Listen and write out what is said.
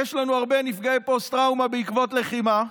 ויש לנו הרבה נפגעי פוסט-טראומה בעקבות לחימה.